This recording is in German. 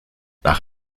nach